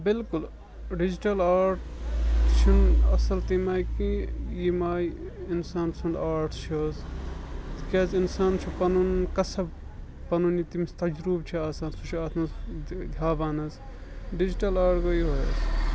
بِلکُل digital art چھُنہٕ اَصٕل تمہِ آیہِ کینٛہہ ییٚمہِ آے اِنسان سُنٛد آرٹ چھُ حظ تِکیٛازِ اِنسان چھُ پَنُن قصٕب پَنُن یہِ تٔمِس تَجرُبہٕ چھُ آسان سُہ چھُ اَتھ منٛز ہاوان حظ ڈِجٹَل آرٹ گوٚو یہوے حظ